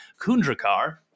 Kundrakar